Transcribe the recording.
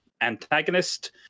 antagonist